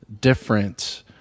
different